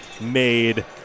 made